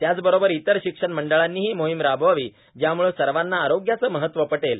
त्याचबरोबर इतर शिक्षण मंडळांनी ही मोहिम राबवावी ज्यामुळे सर्वाना आरोग्याचे महत्व पटेल